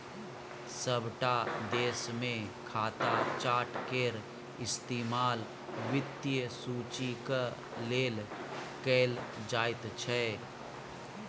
सभटा देशमे खाता चार्ट केर इस्तेमाल वित्तीय सूचीक लेल कैल जाइत छै